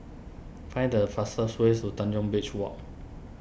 find the fastest ways to Tanjong Beach Walk